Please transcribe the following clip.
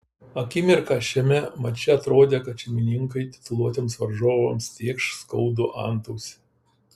akimirką šiame mače atrodė kad šeimininkai tituluotiems varžovams tėkš skaudų antausį